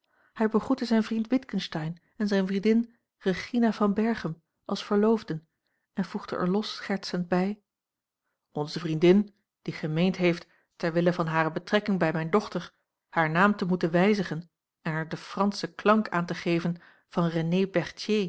hij begroette zijn vriend witgensteyn en zijne vriendin regina van berchem als verloofden en voegde er los schertsend bij onze vriendin die gemeend heeft ter wille van hare betrekking bij mijne dochter haar naam te moeten wijzigen en er den frana l g bosboom-toussaint langs een omweg schen klank aan te geven van